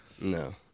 No